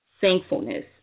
thankfulness